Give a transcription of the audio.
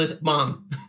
mom